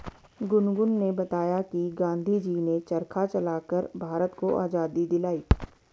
गुनगुन ने बताया कि गांधी जी ने चरखा चलाकर भारत को आजादी दिलाई